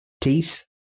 Teeth